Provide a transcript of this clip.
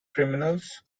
criminals